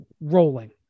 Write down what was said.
rolling